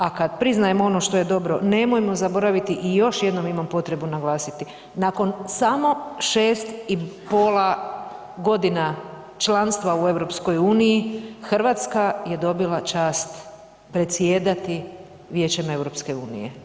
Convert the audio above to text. A kad priznajemo ono što je dobro nemojmo zaboraviti i još jednom imam potrebu naglasiti, nakon samo 6,5 godina članstva u EU Hrvatska je dobila čast predsjedati Vijećem EU.